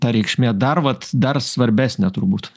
ta reikšmė dar vat dar svarbesnė turbūt